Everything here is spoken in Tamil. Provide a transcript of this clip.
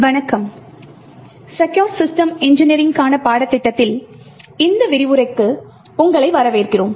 வணக்கம் செக்குர் சிஸ்டம் இன்ஜினியரிங்க்கான பாடத்திட்டத்தில் இந்த விரிவுரைக்கு உங்களை வரவேற்கிறோம்